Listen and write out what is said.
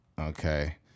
Okay